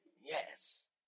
Yes